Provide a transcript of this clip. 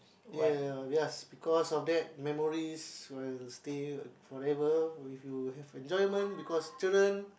ya yes because of that memories will stay forever if you have enjoyment because children